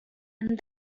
and